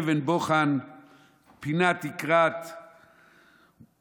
אבן בֹחן פִנת יקרת מוסד,